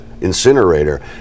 incinerator